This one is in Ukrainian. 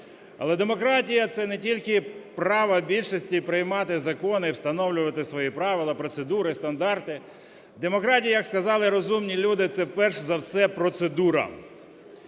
Але демократія це не тільки право більшості приймати закони, встановлювати свої правила, процедури, стандарти, демократія, як сказали розумні люди, це, перш за все, процедура.